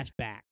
flashback